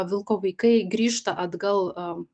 vilko vaikai grįžta atgal